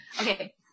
Okay